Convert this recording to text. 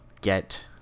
get